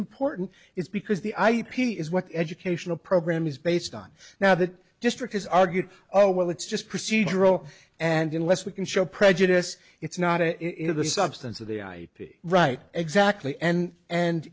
important is because the ip is what educational program is based on now the district has argued oh well it's just procedural and unless we can show prejudice it's not it is the substance of the ip right exactly and and